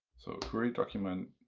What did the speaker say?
so querydocumentsnapshot.